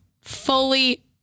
fully